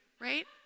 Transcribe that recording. right